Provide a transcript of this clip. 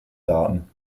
daten